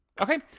Okay